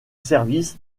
service